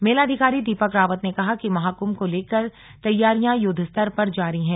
मेलाधिकारी दीपक रावत ने कहा कि महाकुंभ को लेकर तैयारिया युद्ध स्तर पर जारी है